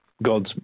God's